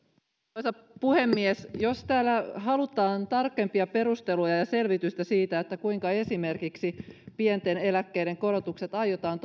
arvoisa puhemies jos täällä halutaan tarkempia perusteluja ja ja selvitystä siitä kuinka esimerkiksi pienten eläkkeiden korotukset aiotaan